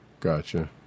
Gotcha